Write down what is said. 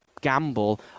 gamble